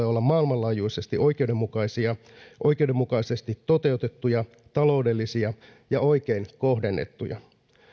olla maailmanlaajuisesti oikeudenmukaisia oikeudenmukaisesti toteutettuja taloudellisia ja oikein kohdennettuja